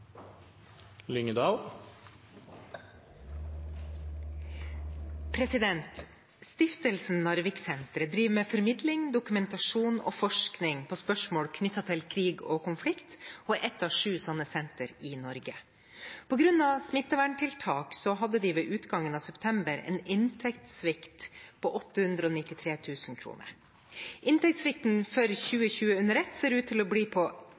konflikt, og er et av syv slike sentre i Norge. På grunn av smitteverntiltak hadde de ved utgangen av september en inntektssvikt på 893 058 kroner. Inntektssvikten for 2020 ser ut til å bli på